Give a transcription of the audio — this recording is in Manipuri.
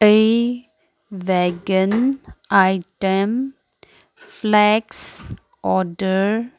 ꯑꯩ ꯕꯦꯒꯟ ꯑꯥꯏꯇꯦꯝ ꯐ꯭ꯂꯦꯛꯁ ꯑꯣꯗꯔ